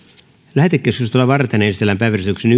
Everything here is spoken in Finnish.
lähetekeskustelua varten esitellään päiväjärjestyksen